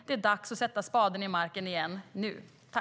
Det är dags att sätta spaden i marken igen, nu.